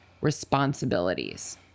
responsibilities